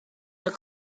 were